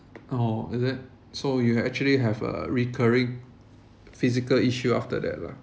oh is it so you actually have a recurring physical issue after that lah